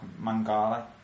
Mangala